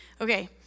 Okay